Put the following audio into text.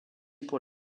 pour